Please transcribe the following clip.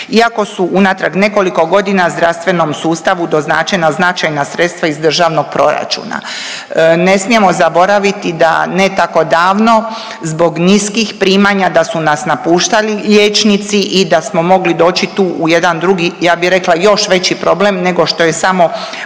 iako su unatrag nekoliko godina zdravstvenom sustavu doznačena značajna sredstva iz državnog proračuna. Ne smijemo zaboraviti da ne tako davno zbog niskih primanja da su nas napuštali liječnici i da smo mogli doći tu u jedan drugi, ja bi rekla još veći problem nego što je samo